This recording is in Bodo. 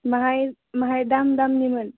बाहाय दाम दामनिमोन